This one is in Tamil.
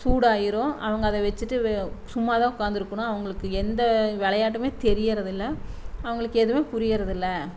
சூடாயிடும் அவங்க அதை வச்சிட்டு சும்மா தான் உட்காந்திருக்குணும் அவங்களுக்கு எந்த விளையாட்டுமே தெரிகிறது இல்லை அவங்களுக்கு எதுவுமே புரிகிறது இல்லை